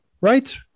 Right